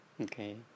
Okay